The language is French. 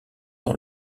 dans